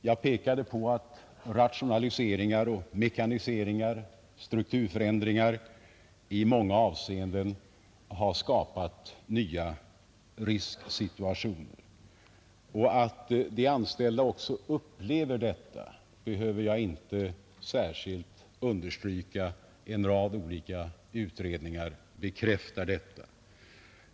Jag pekar på att rationaliseringar och mekaniseringar liksom strukturförändringar i många avseenden har skapat nya risksituationer, Att de anställda också upplever förändringarna behöver jag inte särskilt understryka — en rad olika utredningar bekräftar det.